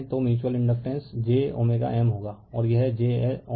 तो mutual inductance j M होगा और यह j L1j है